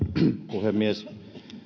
puhemies